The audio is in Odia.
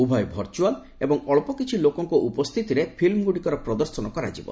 ଉଭୟ ଭର୍ଚୁଆଲ୍ ଏବଂ ଅଳ୍ପ କିଛି ଲୋକଙ୍କ ଉପସ୍ଥିତିରେ ଫିଲ୍ମ ଗୁଡ଼ିକର ପ୍ରଦର୍ଶନ କରାଯିବ